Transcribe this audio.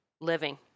Living